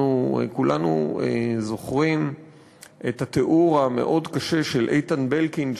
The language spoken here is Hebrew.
אנחנו כולנו זוכרים את התיאור המאוד-קשה של איתן בלקינד,